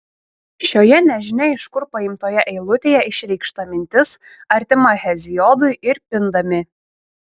šioje nežinia iš kur paimtoje eilutėje išreikšta mintis artima heziodui ir pindami